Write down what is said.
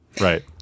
right